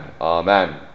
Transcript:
Amen